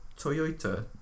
Toyota